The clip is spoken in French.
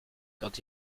quand